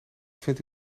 vindt